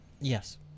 Yes